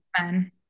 men